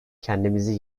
kendimizi